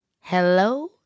Hello